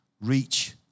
reach